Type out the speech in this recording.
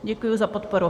Děkuji za podporu.